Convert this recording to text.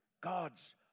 God's